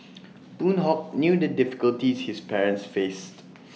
boon Hock knew the difficulties his parents faced